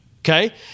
Okay